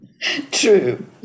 True